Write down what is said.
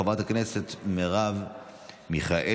חברת הכנסת מרב מיכאלי,